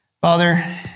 Father